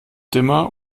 dimmer